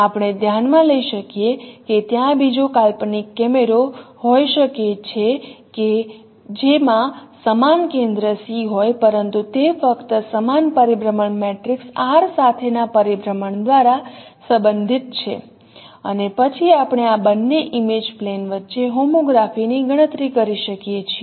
આપણે ધ્યાન માં લઈ શકીએ કે ત્યાં બીજો કાલ્પનિક કેમેરો હોઈ શકે કે જેમાં સમાન કેન્દ્ર C હોય પરંતુ તે ફક્ત સમાન પરિભ્રમણ મેટ્રિક્સ R સાથેના પરિભ્રમણ દ્વારા સંબંધિત છે અને પછી આપણે આ બંને ઇમેજ પ્લેન વચ્ચે હોમોગ્રાફી ની ગણતરી કરી શકીએ છીએ